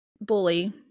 bully